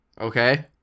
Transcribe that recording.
Okay